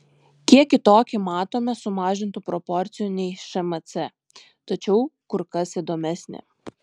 kiek kitokį matome sumažintų proporcijų nei šmc tačiau kur kas įdomesnį